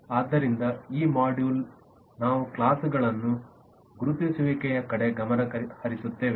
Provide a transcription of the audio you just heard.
ಆದ್ದರಿಂದ ಈ ಮಾಡ್ಯೂಲ್ ನಾವು ಕ್ಲಾಸ್ ಗಳನ್ನು ಗುರುತಿಸುವಿಕೆಯ ಕಡೆ ಗಮನ ಹರಿಸುತ್ತೇವೆ